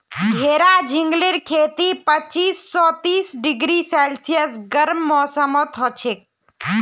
घेरा झिंगलीर खेती पच्चीस स तीस डिग्री सेल्सियस गर्म मौसमत हछेक